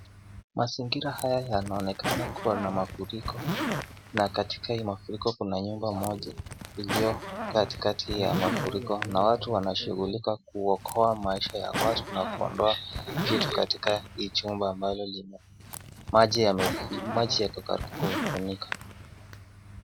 Mazingira haya yanaonekana kuwa na mafuriko, na katika hii mafuriko kuna nyumba moja iliyo katikati ya mafuriko na watu wanashughulika kuokoa maisha ya watu, na kuondoa vitu katika hii jumba ambalo maji yako karibu kufunika.